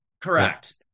Correct